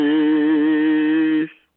Peace